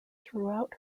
throughout